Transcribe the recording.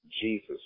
Jesus